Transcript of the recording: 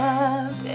up